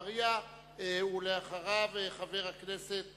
אחריו, חבר הכנסת